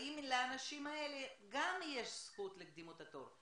האם גם לאנשים האלה יש זכות לקדימות בתור?